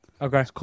Okay